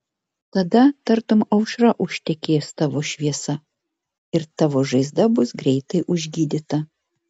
tada tartum aušra užtekės tavo šviesa ir tavo žaizda bus greitai užgydyta